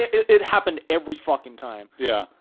it happened every fucing time. yeah.